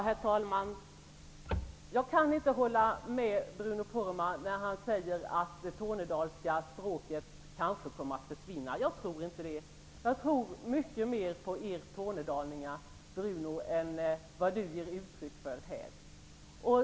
Herr talman! Jag kan inte hålla med Bruno Poromaa när han säger att det tornedalska språket kanske kommer att försvinna. Jag tror inte det. Jag tror mycket mer på tornedalingarna än vad Bruno Poromaa ger uttryck för.